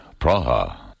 Praha